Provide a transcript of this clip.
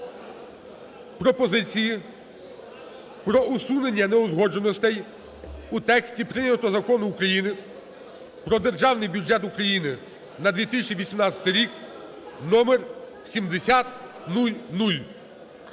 пропозиції про усунення неузгодженостей у тексті прийнятого Закону України про Державний бюджет України на 2018 рік (№ 7000).